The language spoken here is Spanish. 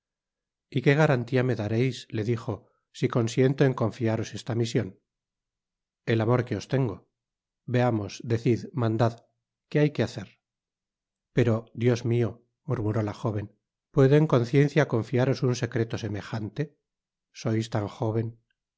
y qué garantía me dareis le dijo si consiento en confiaros esta mision el amor que os tengo veamos decid mandad qué hay que hacer pero dios mio murmuró la jóven puedo en conciencia confiaros un secreto semejante sois tan jóven